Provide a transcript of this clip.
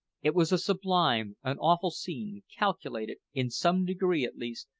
it was a sublime, an awful scene, calculated, in some degree at least,